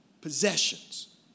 possessions